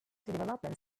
developments